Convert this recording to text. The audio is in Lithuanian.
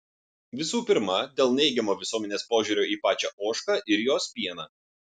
visų pirma dėl neigiamo visuomenės požiūrio į pačią ožką ir jos pieną